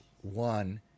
one